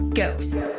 ghost